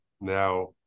Now